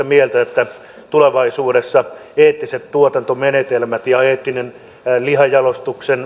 mieltä että tulevaisuudessa eettiset tuotantomenetelmät ja eettisen lihan